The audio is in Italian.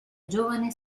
giovane